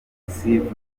vuningoma